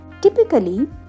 Typically